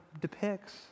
depicts